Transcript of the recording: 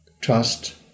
trust